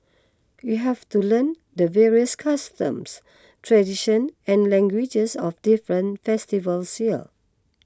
you have to learn the various customs tradition and languages of different festivals here